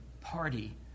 party